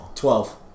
Twelve